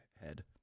Head